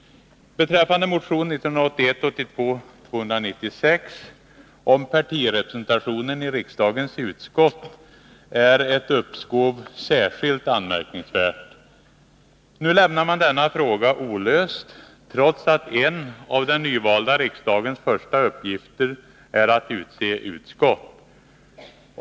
Beträffande motion 1981/82:296 om partirepresentationen i riksdagens utskott är ett uppskov särskilt anmärkningsvärt. Nu lämnar man denna fråga olöst, trots att en av den nyvalda riksdagens första uppgifter är att utse utskott.